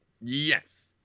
yes